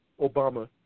Obama